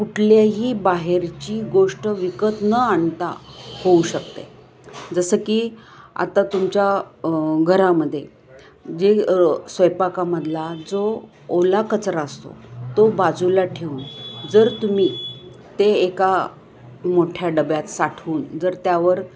कुठल्याही बाहेरची गोष्ट विकत न आणता होऊ शकते जसं की आता तुमच्या घरामध्ये जे स्वयंपाकामधला जो ओला कचरा असतो तो बाजूला ठेवन जर तुम्ही ते एका मोठ्या डब्यात साठवून जर त्यावर